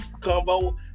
combo